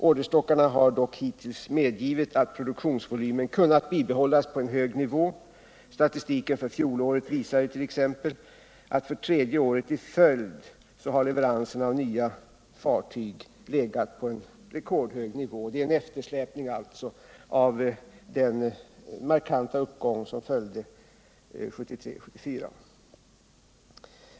Orderstockarna har dock hittills medgivit att produktionsvolymen kunnat bibehållas på en hög nivå — statistiken för fjolåret visart.ex. att leveranserna av nya fartyg för tredje året i följd har legat på en redkordhög nivå, vilket givetvis beror på eftersläpningen till följd av den markanta uppgång som skedde 1973-1974.